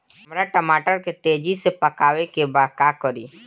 हमरा टमाटर के तेजी से पकावे के बा का करि?